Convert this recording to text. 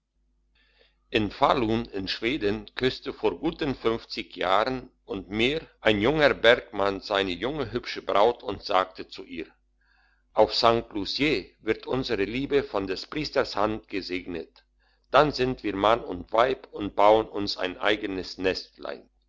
in falun in schweden küßte vor guten fünfzig jahren und mehr ein junger bergmann seine junge hübsche braut und sagte zu ihr auf sankt luciä wird unsere liebe von des priesters hand gesegnet dann sind wir mann und weib und bauen uns ein eigenes nestlein